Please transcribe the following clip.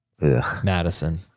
Madison